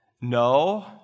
No